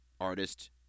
artist